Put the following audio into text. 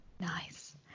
Nice